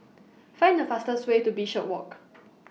Find The fastest Way to Bishopswalk